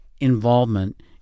involvement